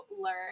learn